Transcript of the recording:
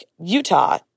Utah